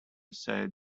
said